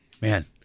Man